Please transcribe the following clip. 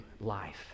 life